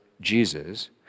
Jesus